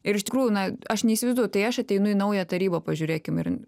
ir iš tikrųjų na aš neįsivaizduoju tai aš ateinu į naują tarybą pažiūrėkim ir